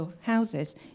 houses